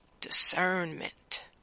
discernment